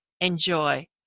enjoy